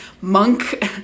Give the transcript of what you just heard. monk